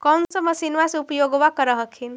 कौन सा मसिन्मा मे उपयोग्बा कर हखिन?